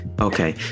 Okay